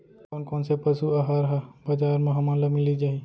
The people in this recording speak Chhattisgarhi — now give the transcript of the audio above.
कोन कोन से पसु आहार ह बजार म हमन ल मिलिस जाही?